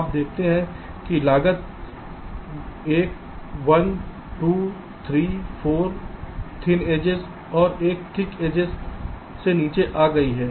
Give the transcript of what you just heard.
अब आप देखते हैं कि लागत 1 2 3 4 थिन एड्जेस और एक थिक एड्जेस से नीचे आ गई है